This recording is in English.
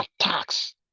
attacks